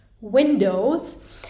windows